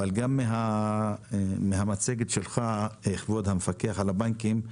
וגם מן המצגת של כבוד המפקח על הבנקים,